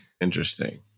Interesting